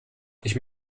ich